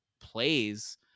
plays